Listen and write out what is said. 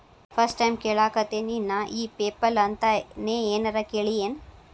First time ಕೇಳಾಕತೇನಿ ನಾ ಇ ಪೆಪಲ್ ಅಂತ ನೇ ಏನರ ಕೇಳಿಯೇನ್?